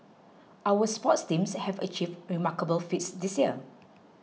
our sports teams have achieved remarkable feats this year